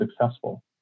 successful